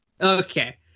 Okay